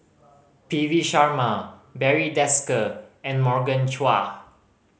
P V Sharma Barry Desker and Morgan Chua